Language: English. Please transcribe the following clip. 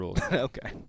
Okay